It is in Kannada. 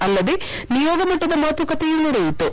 ಅಲ್ಲದೆ ನಿಯೋಗ ಮಟ್ಟದ ಮಾತುಕತೆಯೂ ನಡೆಯಿತು